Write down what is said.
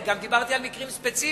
אני גם דיברתי על מקרים ספציפיים.